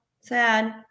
Sad